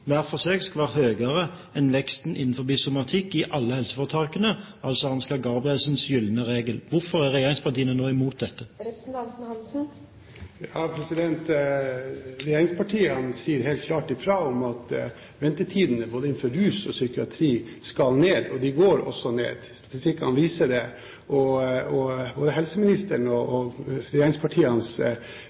hver for seg skal være høyere enn veksten innenfor somatikk i alle helseforetakene, altså Ansgar Gabrielsens gylne regel? Hvorfor er regjeringspartiene nå imot dette? Regjeringspartiene sier helt klart ifra om at ventetidene både innenfor rus og psykiatri skal ned, og de går også ned. Statistikkene viser det. Både helseministerens og regjeringspartienes